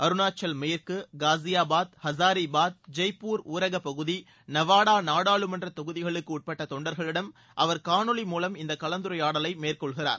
அருணாச்சல் மேற்கு காசியாபாத் ஹசாரிபாத் ஜெய்ப்பூர் ஊரகப்பகுதி நவாடா நாடாளுமன்ற தொகுதிகளுக்கு உட்பட்ட தொண்டர்களிடம் அவர் கானொளி மூலம் இந்த கலந்துரையாடலை மேற்கொள்கிறார்